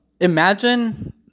imagine